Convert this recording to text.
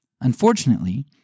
Unfortunately